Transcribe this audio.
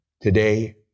Today